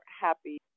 happy